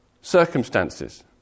circumstances